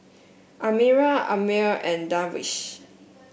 Amirah Ammir and Darwish